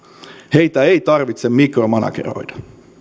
heitä ei tarvitse mikromanageroida